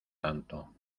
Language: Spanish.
tanto